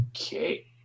Okay